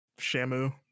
Shamu